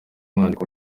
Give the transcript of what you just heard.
urwandiko